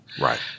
Right